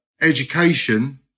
education